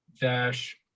dash